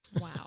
Wow